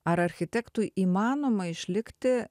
ar architektui įmanoma išlikti